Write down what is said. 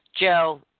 Joe